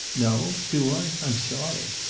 no! do i? i'm sorry.